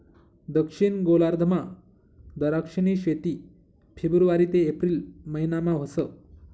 दक्षिण गोलार्धमा दराक्षनी शेती फेब्रुवारी ते एप्रिल महिनामा व्हस